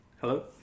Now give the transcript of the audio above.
hello